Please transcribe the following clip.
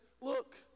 look